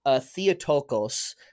Theotokos